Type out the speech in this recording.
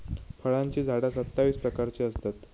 फळांची झाडा सत्तावीस प्रकारची असतत